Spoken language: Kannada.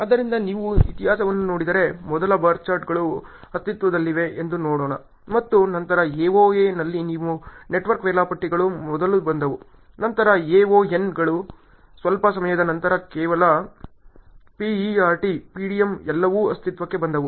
ಆದ್ದರಿಂದ ನೀವು ಇತಿಹಾಸವನ್ನೂ ನೋಡಿದರೆ ಮೊದಲ ಬಾರ್ ಚಾರ್ಟ್ಗಳು ಅಸ್ತಿತ್ವದಲ್ಲಿವೆ ಎಂದು ನೋಡೋಣ ಮತ್ತು ನಂತರ AoA ನಲ್ಲಿ ನಿಮ್ಮ ನೆಟ್ವರ್ಕ್ ವೇಳಾಪಟ್ಟಿಗಳು ಮೊದಲು ಬಂದವು ನಂತರ AoN ಗಳು ಸ್ವಲ್ಪ ಸಮಯದ ನಂತರ ಕೇವಲ PERT PDM ಎಲ್ಲವೂ ಅಸ್ತಿತ್ವಕ್ಕೆ ಬಂದವು